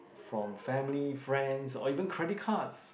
from family friends or even credit cards